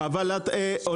זה יכול